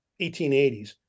1880s